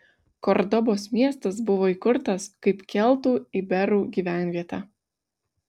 kordobos miestas buvo įkurtas kaip keltų iberų gyvenvietė